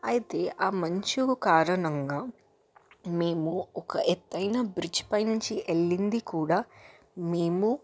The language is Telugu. అయితే ఆ మంచు కారణంగా మేము ఒక ఎత్తైన బ్రిడ్జిపై నుంచి వెళ్ళింది కూడా మేము